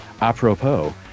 apropos